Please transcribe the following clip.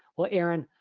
well erin,